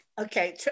okay